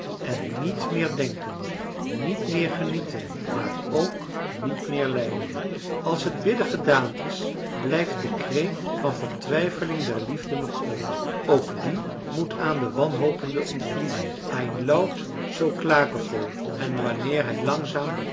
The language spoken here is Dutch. en niet meer denken niet meer genieten maar ook niet meer lijden als het bidden gedaan is blijft de kreet van vertwijfeling der liefde nog over ook die moet aan den wanhopende ontvlieden ein laut so klagevoll en wanneer hij langzaam